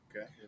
Okay